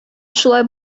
шулай